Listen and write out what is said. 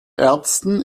ärzten